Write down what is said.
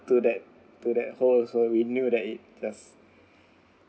to that to that hole also we knew that it just